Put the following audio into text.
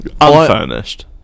unfurnished